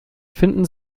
finden